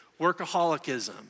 workaholicism